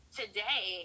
today